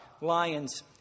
lions